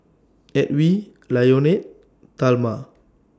Edwy Lyonet Talma